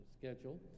schedule